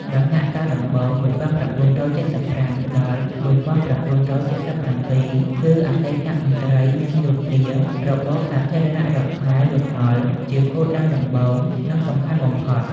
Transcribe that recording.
ដំណាក់កាលដំបូង ១៩៧៥-១៩៧៧ គឺអតីតមន្ត្រីនិងយោធារបបសាធារណរដ្ឋខ្មែរ លន់ នល់ ជាគោលដៅដំបូង និងសំខាន់បំផុត។